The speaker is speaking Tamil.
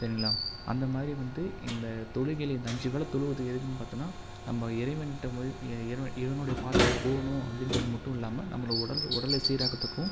சரிங்களா அந்தமாதிரி வந்து இந்த தொழுகையில் இந்த அஞ்சு வேள தொழுவுறது எதற்கு பார்த்தன்னா நம்ப இறைவன்கிட்ட போய் இறை இறைவனுடைய பாதையில போகனு அப்படின்றது மட்டும் இல்லாமல் நம்பள உடலை உடலை சீர்ராக்குறத்துக்கும்